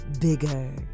bigger